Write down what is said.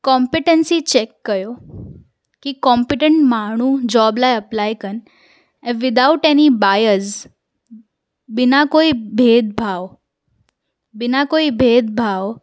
competency check कयो की competent माण्हू जॉब लाइ अप्लाए कनि ऐं विदाउट एनी बायज़ बिना कोई भेदुभाव बिना कोई भेदुभाव